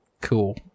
Cool